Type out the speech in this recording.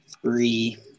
three